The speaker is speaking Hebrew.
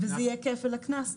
וזה יהיה כפל הקנס.